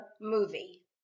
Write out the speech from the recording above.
movie